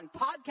Podcast